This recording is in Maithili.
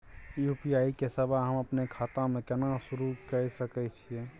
यु.पी.आई के सेवा हम अपने खाता म केना सुरू के सके छियै?